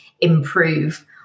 improve